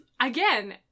again